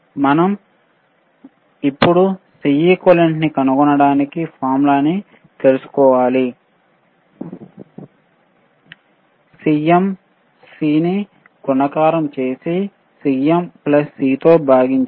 మనం ఇప్పుడు Cequalent ని కనుగొనటానికి ఫార్ములాను తెలుసుకోవాలి CM C ని గుణకారం చేసి CM ప్లస్ C తో భాగించాలి